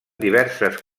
diverses